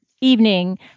evening